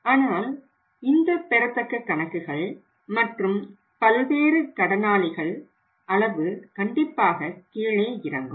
ஆனால் இந்த பெறத்தக்க கணக்குகள் மற்றும் பல்வேறு கடனாளிகள் அளவு கண்டிப்பாக கீழே இறங்கும்